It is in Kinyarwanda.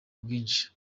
bwinshi